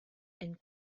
and